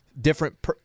different